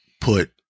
put